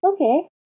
Okay